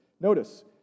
notice